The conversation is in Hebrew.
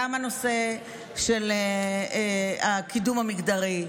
גם הנושא של הקידום המגדרי,